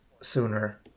sooner